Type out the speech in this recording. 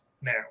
now